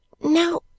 now